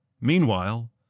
Meanwhile